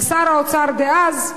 ושר האוצר דאז,